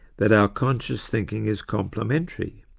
that our conscious thinking is complementary,